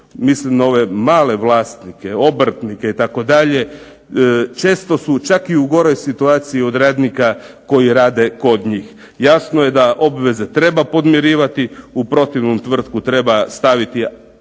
mislim na ove male vlasnike, obrtnike itd. često su čak i u goroj situacija od radnika koji rade kod njih. Jasno je da obveze treba podmirivati u protivnom tvrtku treba ugasiti.